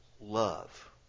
love